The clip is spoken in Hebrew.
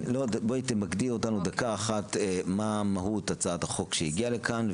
תמקדי אותנו דקה אחת מה מהות הצעת החוק שהגיעה לכאן,